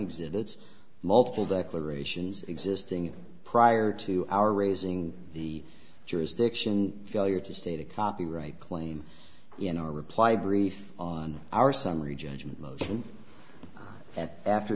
exhibits multiple declarations existing prior to our raising the jurisdiction failure to state a copyright claim in our reply brief on our summary judgment motion that after